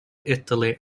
italy